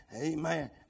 Amen